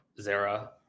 Zara